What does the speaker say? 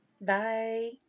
Bye